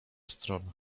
stron